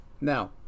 Now